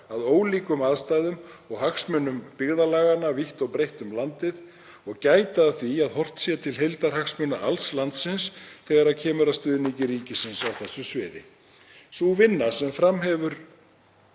að ólíkum aðstæðum og hagsmunum byggðarlaganna vítt og breitt um landið og gæta að því að horft sé til heildarhagsmuna alls landsins þegar kemur að stuðningi ríkisins á þessu sviði. Sú vinna sem fram hefur